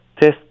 test